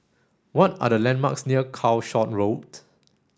what are the landmarks near Calshot Road